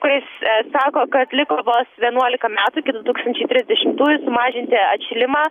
kuris sako kad liko vos vienuolika metų iki du tūkstančiai trisdešimtųjų sumažinti atšilimą